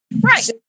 Right